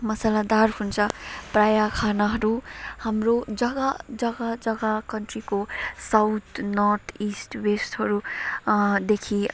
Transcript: मसलादार हुन्छ प्रायः खानाहरू हाम्रो जग्गा जग्गा जग्गा कन्ट्रीको साउथ नर्थ इस्ट वेस्टहरू देखि